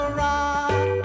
rock